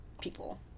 people